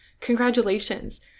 Congratulations